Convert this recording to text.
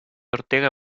ortega